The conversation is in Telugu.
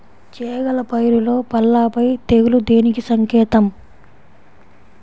చేగల పైరులో పల్లాపై తెగులు దేనికి సంకేతం?